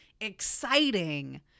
exciting